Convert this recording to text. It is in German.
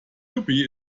yuppie